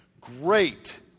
Great